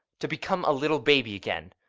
to become a little baby again!